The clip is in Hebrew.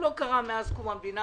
הוא לא קרה מאז קום המדינה,